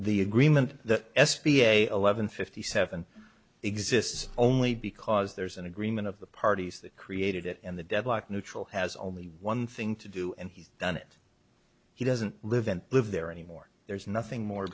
the agreement the s b a eleven fifty seven exists only because there's an agreement of the parties that created it and the deadlock neutral has only one thing to do and he's done it he doesn't live and live there anymore there's nothing more